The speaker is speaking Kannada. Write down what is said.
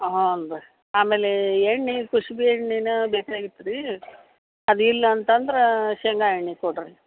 ಹ್ಞೂ ರೀ ಆಮೇಲೆ ಎಣ್ಣೆ ಕುಸುಬೆ ಎಣ್ಣೆನೇ ಬೇಕಾಗಿತ್ತು ರೀ ಅದಿಲ್ಲ ಅಂತಂದ್ರೆ ಶೇಂಗಾ ಎಣ್ಣೆ ಕೊಡಿರಿ